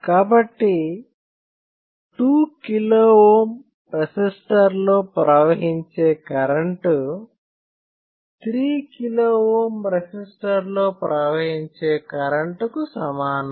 కాబట్టి 2 KΩ resistor లో ప్రవహించే కరెంటు 3 KΩ రెసిస్టర్ లో ప్రవహించే కరెంటు కు సమానం